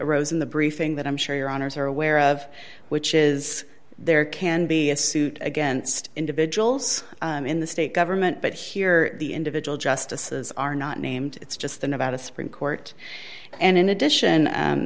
in the briefing that i'm sure your honour's are aware of which is there can be a suit against individuals in the state government but here the individual justices are not named it's just an about a supreme court and in addition